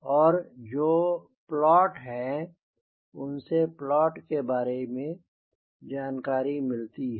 और जोप्लॉट हैं उनसे प्लॉट के बारे जानकारी मिलती है